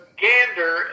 gander